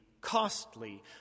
costly